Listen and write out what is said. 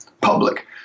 public